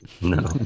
No